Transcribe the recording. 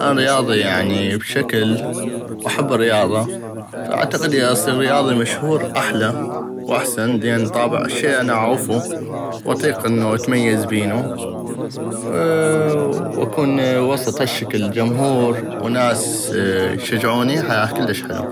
انا رياضي بشكل واحب الرياضة فاعتقد اذا اصيغ رياضي مشهور احلا واحسن لان طابع شي انا اعغفو واطيق انو اتميز بينو واكون وسط هشكل جمهور وناس يشجعوني حتى كلش حلو